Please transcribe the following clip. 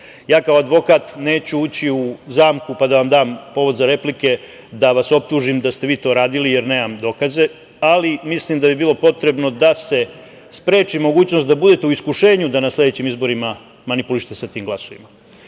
kao advokat neću ući u zamku, pa da vam dam povod za replike, da vas optužim da ste vi to radili, jer nemam dokaze, ali mislim da bi bilo potrebno da se spreči mogućnost da budete u iskušenju da na sledećim izborima manipulišete sa tim glasovima. Kako